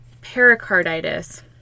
pericarditis